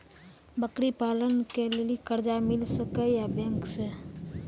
बकरी पालन के लिए कर्ज मिल सके या बैंक से?